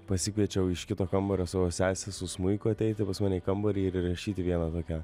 pasikviečiau iš kito kambario savo sesę su smuiku ateitų pas mane į kambarį ir įrašyti vieną tokią